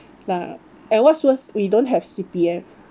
and what's worse we don't have C_P_F